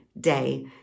day